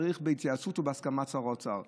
צריך בהתייעצות ובהסכמת שר האוצר?